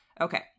Okay